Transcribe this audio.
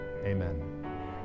Amen